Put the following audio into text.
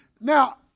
Now